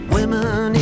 Women